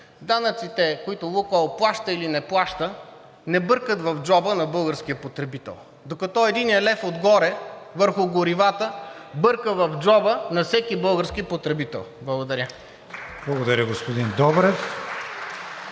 данъците, които „Лукойл“ плаща или не плаща, не бъркат в джоба на българския потребител, докато единият лев отгоре върху горивата бърка в джоба на всеки български потребител. Благодаря. (Ръкопляскания от